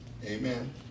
Amen